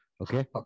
Okay